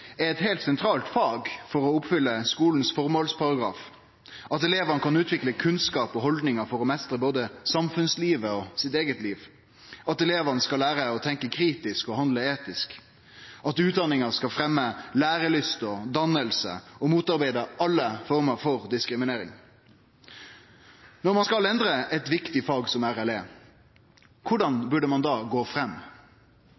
er eit heilt sentralt fag for å oppfylle skulen sin formålsparagraf: at elevane kan utvikle kunnskap og haldningar for å meistre både samfunnslivet og sitt eige liv, at elevane skal lære å tenkje kritisk og handle etisk, at utdanninga skal fremje lærelyst og danning og motarbeide alle former for diskriminering. Når ein skulle endre eit viktig fag som RLE, korleis